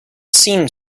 seemed